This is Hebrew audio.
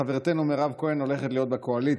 חברתנו מירב כהן הולכת להיות בקואליציה,